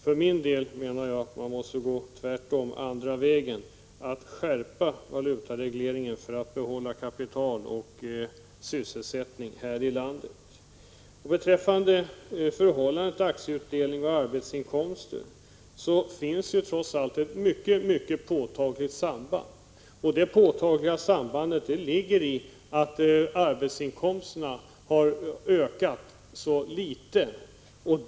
För min del anser jag att man måste gå motsatt väg och skärpa valutaregleringen för att behålla kapital och sysselsättning här i landet. Mellan aktieutdelning och arbetsinkomster finns trots allt ett mycket påtagligt samband. Detta påtagliga samband ligger i att arbetsinkomsterna har ökat så litet.